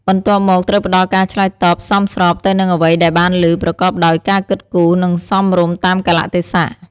បន្ទាប់មក ត្រូវផ្ដល់ការឆ្លើយតបសមស្របទៅនឹងអ្វីដែលបានឮប្រកបដោយការគិតគូរ និងសមរម្យតាមកាលៈទេសៈ។